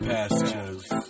Pastures